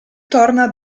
torna